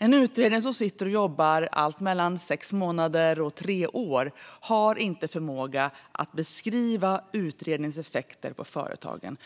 En utredning kan jobba allt mellan sex månader och tre år, men den har inte förmåga att beskriva utredningens effekter på företagen.